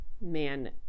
man